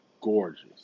gorgeous